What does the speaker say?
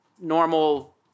normal